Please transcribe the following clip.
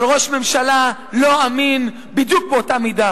אבל ראש ממשלה לא אמין בדיוק באותה מידה.